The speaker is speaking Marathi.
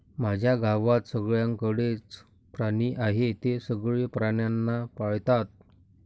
माझ्या गावात सगळ्यांकडे च प्राणी आहे, ते सगळे प्राण्यांना पाळतात